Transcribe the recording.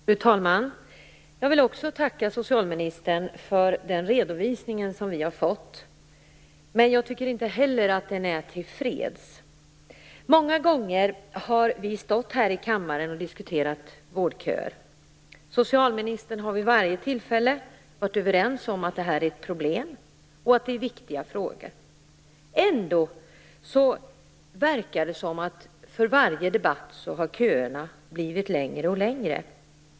Fru talman! Jag vill också tacka socialministern för den redovisning som vi har fått, men jag tycker inte heller att den är till freds. Många gånger har vi stått här i kammaren och diskuterat vårdköer. Socialministern har vid varje tillfälle varit överens med oss om att det här är ett problem och att det är viktiga frågor. Ändå verkar det som att köerna har blivit längre och längre för varje debatt.